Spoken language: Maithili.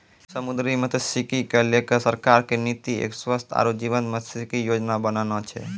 समुद्री मत्सयिकी क लैकॅ सरकार के नीति एक स्वस्थ आरो जीवंत मत्सयिकी योजना बनाना छै